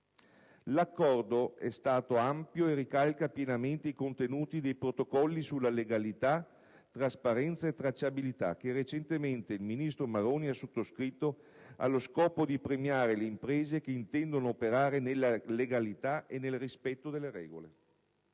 L'accordo è stato ampio e ricalca pienamente i contenuti dei protocolli sulla legalità, trasparenza e tracciabilità che recentemente il ministro Maroni ha sottoscritto allo scopo di premiare le imprese che intendono operare nella legalità e nel rispetto delle regole.